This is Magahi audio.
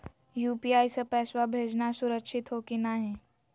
यू.पी.आई स पैसवा भेजना सुरक्षित हो की नाहीं?